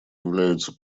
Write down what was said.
являются